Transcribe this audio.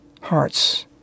hearts